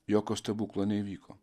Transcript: jokio stebuklo neįvyko